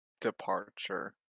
departure